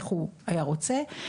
איך הוא היה רוצה,